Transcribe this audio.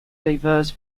diverse